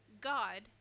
God